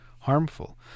harmful